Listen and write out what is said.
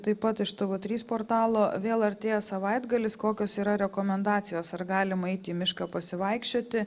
taip pat iš tv trys portalo vėl artėja savaitgalis kokios yra rekomendacijos ar galima eiti į mišką pasivaikščioti